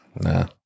Nah